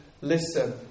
listen